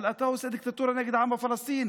אבל אתה עושה דיקטטורה נגד העם הפלסטיני.